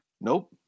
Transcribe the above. Nope